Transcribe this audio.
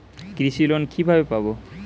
কৃষি লোন কিভাবে পাব?